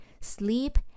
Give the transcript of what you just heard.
sleep